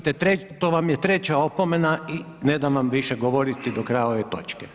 To vam je treća opomena i ne dam vam više govoriti do kraja ove točke.